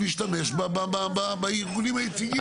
אני רוצה תיקון בנוסח שיהיה כתוב ככה